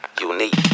Unique